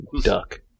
duck